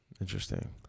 Interesting